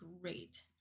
great